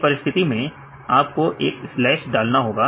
इस परिस्थिति में आपको एक डालना होगा